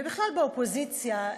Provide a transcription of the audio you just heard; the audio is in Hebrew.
ובכלל באופוזיציה,